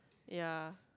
ya